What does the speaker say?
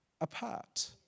apart